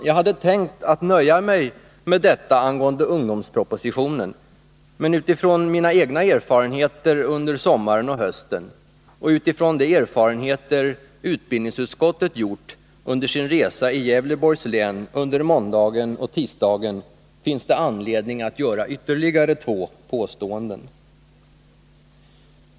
Jag hade tänkt att nöja mig med detta angående ungdomspropositionen, men utifrån mina egna erfarenheter under sommaren och hösten och utifrån de erfarenheter utbildningsutskottet gjort under sin resa i Gävleborgs län under måndagen och tisdagen finns det anledning att göra ytterligare två påståenden.